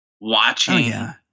watching